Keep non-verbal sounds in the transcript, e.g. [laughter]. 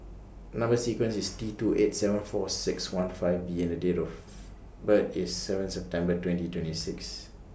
Number sequence IS T two eight seven four six one five B and The Date of [noise] birth IS seven September twenty twenty six